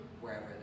wherever